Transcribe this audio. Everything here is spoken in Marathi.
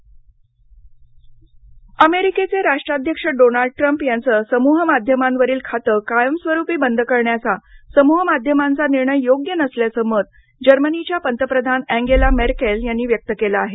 अँजेला मेरकेल अमेरिकेचे राष्ट्राध्यक्ष डोनाल्ड ट्रम्प यांचं समूह माध्यमावरील खातं कायमस्वरूपी बंद करण्याचा समूह माध्यमांचा निर्णय योग्य नसल्याचं मत जर्मनीच्या पंतप्रधान अँजेला मेरकेल यांनी व्यक्त केलं आहे